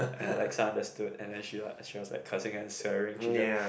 and I like so understood and she like she was like cursing and swearing she just